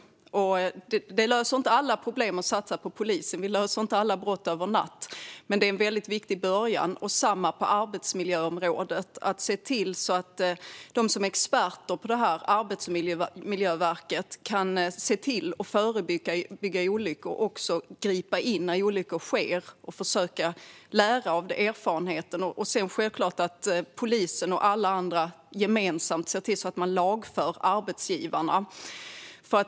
Det löser inte alla problem att satsa på polisen. Det löser inte alla brott över en natt. Men det är en viktig början, och detsamma gäller på arbetsmiljöområdet. Vi bör se till så att experterna på Arbetsmiljöverket kan förebygga olyckor, gripa in när olyckor sker och försöka lära av erfarenheten - och självklart se till att polisen och alla andra parter gemensamt lagför arbetsgivarna.